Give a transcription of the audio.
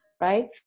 right